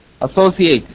associate